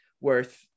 worth